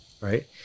right